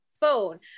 phone